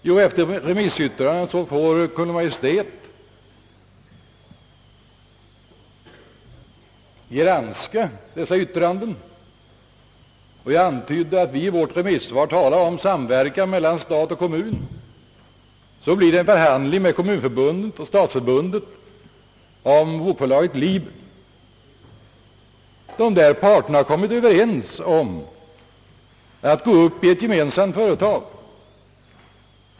Jo, efter remissyttrandet granskar Kungl. Maj:t detta — jag antydde att vi i vårt remissvar talar om samverkan mellan stat och kommun — och därefter förs förhandlingar med Kommunförbundet och Stadsförbundet om bokförlaget Liber, där parterna kommer överens om att gå samman i ett gemensamt företag.